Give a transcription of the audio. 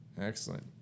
excellent